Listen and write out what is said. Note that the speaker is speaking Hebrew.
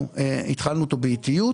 גם אנחנו במדינת ישראל,